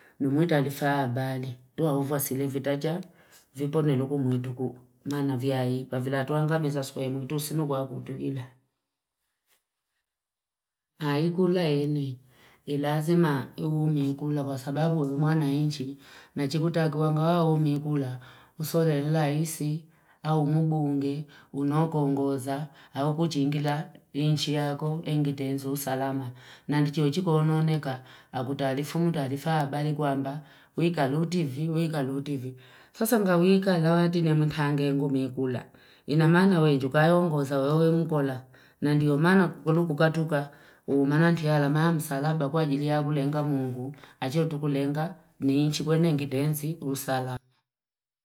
Ndumuita alifaa abali, tuwa hufu asile vitaja, vipo niluku mwituku. Maana vya hii, pavila atuanga meza swae mwitu, sinugua kutukila. Haigula eni, ilazima uumikula, kwa sababu ulimwana inchi. Na chiku taguanga wa uumikula, usole laisi, au mubu unge, unoko ngoza, au kuchingila inchi yako, engitenzu, usalama. Na ndichi uchiko onooneka, aguta alifu mwita alifaa abali kwa mba wika lutivi, wika lutivi. Sasa nga wika alawati ni mtange ngu mikula. Inamana wejukayo ongoza, wewe mkola. Na ndio mana kukulu kukatuka uumana kialama, msalaba kwa ajiliya kulenga mungu. Ajiliya kulenga ni inchi kwenye engitenzi, usalama.